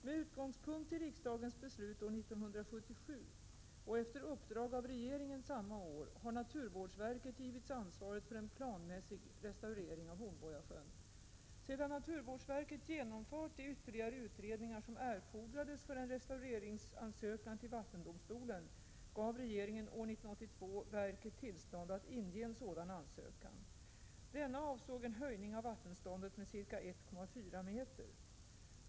Med utgångspunkt i riksdagens beslut år 1977 och efter uppdrag av regeringen samma år har naturvårdsverket givits ansvaret för en planmässig restaurering av Hornborgasjön. Sedan naturvårdsverket genomfört de ytterligare utredningar som erfordrades för en restaureringsansökan till vattendomstolen gav regeringen år 1982 verket tillstånd att inge en sådan ansökan. Denna avsåg en höjning av vattenståndet med ca 1,4 m.